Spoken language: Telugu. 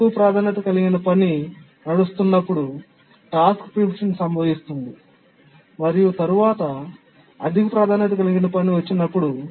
తక్కువ ప్రాధాన్యత కలిగిన పని నడుస్తున్నప్పుడు టాస్క్ ప్రీమిప్షన్ సంభవిస్తుంది మరియు తరువాత అధిక ప్రాధాన్యత కలిగిన పని వచ్చినప్పుడు